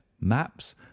maps